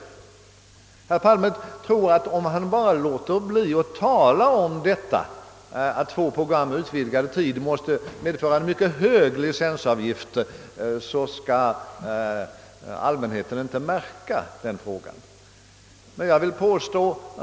Herr Palme tror att om han bara låter bli att nämna det förhållandet att två program med utsträckt tid måste medföra en mycket hög licensavgift, så skall allmänheten inte tänka på det.